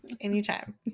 Anytime